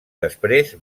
després